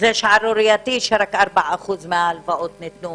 זה שערורייתי שרק 4% מההלוואות ניתנו